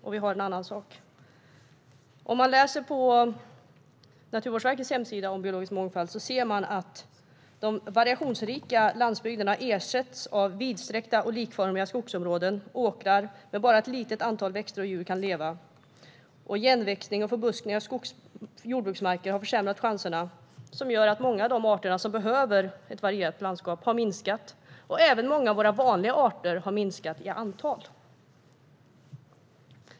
På Naturvårdsverkets hemsida kan man vad gäller biologisk mångfald läsa att variationsrik landsbygd "har ersatts av vidsträckta och likformiga skogsområden eller åkrar där bara ett litet antal växter och djur kan leva. Samtidigt har igenväxning och förbuskning av jordbruksmarker försämrat chanserna för många arter". Det gör att många av de arter som behöver ett varierat landskap har minskat. Även många av våra vanliga arter har minskat i antal.